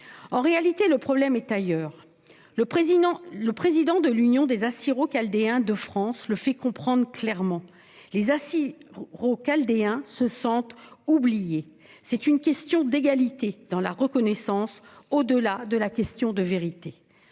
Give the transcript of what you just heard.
En réalité, le problème est ailleurs. Le président de l'Union des Assyro-Chaldéens de France (UACF) le fait comprendre clairement : les Assyro-Chaldéens se sentent oubliés. C'est une question d'égalité dans la reconnaissance, au-delà de celle de la vérité